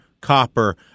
copper